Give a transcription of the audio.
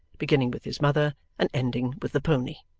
beginning with his mother and ending with the pony.